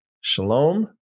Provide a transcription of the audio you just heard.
Shalom